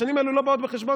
השנים האלה לא באות בחשבון,